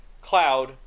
Cloud